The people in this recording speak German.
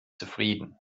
zufrieden